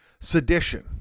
sedition